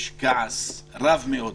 יש כעס רב מאוד